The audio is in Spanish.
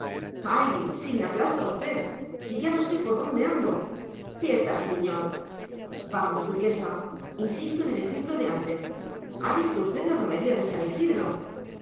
ay si me aplasta usted si ya no sé por donde ando pietá signor vamos duquesa insisto en el ejemplo de antes ha visto usted la romería de san isidro